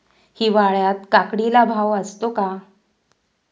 हिवाळ्यात काकडीला भाव असतो का?